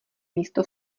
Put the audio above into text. místo